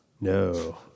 No